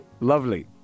Lovely